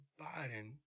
Biden